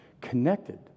connected